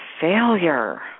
failure